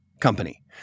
company